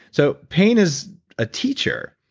so pain is a teacher,